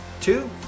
Two